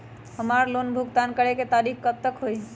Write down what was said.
हमार लोन भुगतान करे के तारीख कब तक के हई?